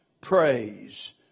praise